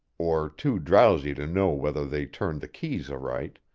or too drowsy to know whether they turned the keys aright,